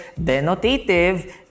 denotative